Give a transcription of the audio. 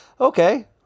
Okay